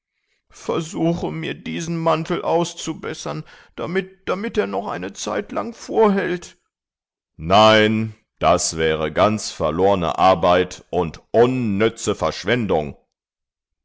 versuche mir diesen mantel auszubessern damit er noch eine zeitlang vorhält nein das wäre ganz verlorne arbeit und unnütze verschwendung